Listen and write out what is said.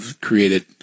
created